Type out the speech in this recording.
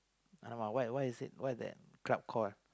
I don't know what what he said what's that club call